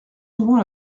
souvent